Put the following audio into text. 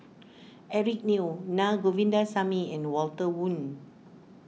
Eric Neo Naa Govindasamy and Walter Woon